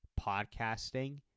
podcasting